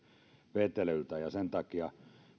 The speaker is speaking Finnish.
vetelyltä ja sen takia